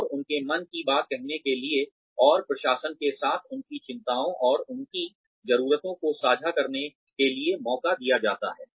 और उनके मन की बात कहने के लिए और प्रशासन के साथ उनकी चिंताओं और उनकी ज़रूरतों को साझा करने के लिए मौका दिया जाता है